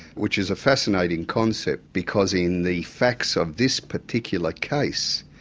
which is a fascinating concept because in the facts of this particular case,